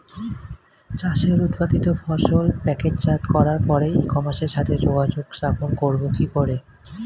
চাষের উৎপাদিত ফসল প্যাকেটজাত করার পরে ই কমার্সের সাথে যোগাযোগ স্থাপন করব কি করে?